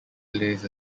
plays